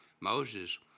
Moses